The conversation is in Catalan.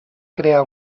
crear